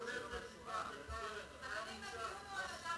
חברים, הדיון הוא על "הדסה".